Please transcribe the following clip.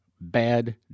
bad